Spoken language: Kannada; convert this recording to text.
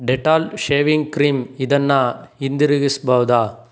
ಡೆಟಾಲ್ ಶೇವಿಂಗ್ ಕ್ರೀಮ್ ಇದನ್ನು ಹಿಂದಿರುಗಿಸ್ಬೋದ